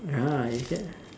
ah you get